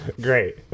Great